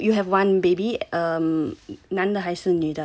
ya so you you have one baby um 男的还是女的